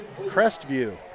Crestview